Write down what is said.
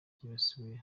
byibasiwe